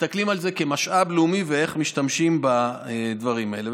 מסתכלים על זה כמשאב לאומי ואיך משתמשים בדברים האלה.